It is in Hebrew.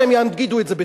והם יגידו את זה בצדק.